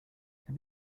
have